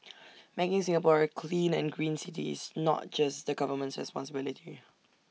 making Singapore A clean and green city is not just the government's responsibility